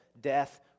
death